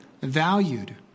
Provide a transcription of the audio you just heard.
valued